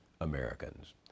Americans